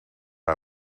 hij